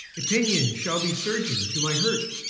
opinion shall be surgeon to my hurt,